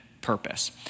purpose